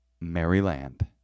Maryland